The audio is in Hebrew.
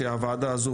שהוועדה הזו,